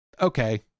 Okay